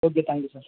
okay thank you sir